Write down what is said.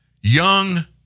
young